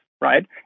right